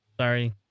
sorry